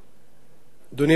חברי הכנסת,